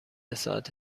ساعت